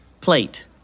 plate